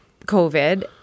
COVID